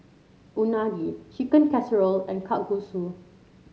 Unagi Chicken Casserole and Kalguksu